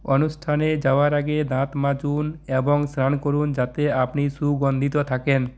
অনুষ্ঠানে যাওয়ার আগে দাঁত মাজুন এবং স্নান করুন যাতে আপনি সুগন্ধিত থাকেন